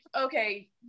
okay